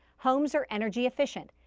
homes are energy efficient.